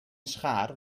schaar